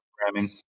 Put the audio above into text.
programming